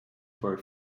for